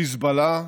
חיזבאללה,